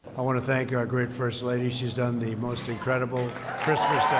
i want to thank our great first lady. she's done the most incredible christmas